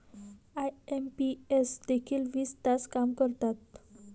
IMPS देखील वीस तास काम करतात?